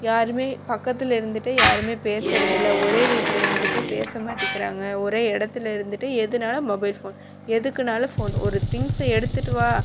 யாருமே பக்கத்தில் இருந்துட்டே யாருமே பேசுகிறது இல்லை ஒரே வீட்டில் இருந்துகிட்டே பேச மாட்டிக்கிறாங்க ஒரே இடத்துல இருந்துகிட்டே எதுனாலும் மொபைல்ஃபோன் எதுக்குனாலும் ஃபோன் ஒரு திங்ஸை எடுத்துகிட்டு வா